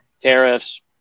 tariffs